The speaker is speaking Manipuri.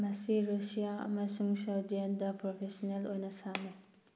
ꯃꯁꯤ ꯔꯨꯁꯤꯌꯥ ꯑꯃꯁꯨꯡ ꯁ꯭ꯋꯦꯗꯦꯟꯗ ꯄ꯭ꯔꯣꯐꯦꯁꯟꯅꯦꯜ ꯑꯣꯏꯅ ꯁꯥꯟꯅꯩ